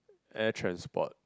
air transport